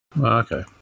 Okay